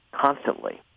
constantly